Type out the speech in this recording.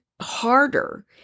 harder